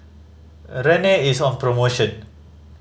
Rene is on promotion